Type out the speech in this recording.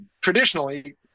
traditionally